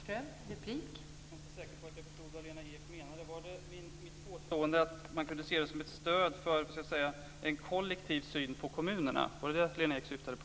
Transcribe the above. Fru talman! Jag är inte säker på vad Lena Ek menade. Var det mitt påstående att man kunde se det som ett stöd för en kollektiv syn på kommunerna? Vad det detta Lena Ek syftade på?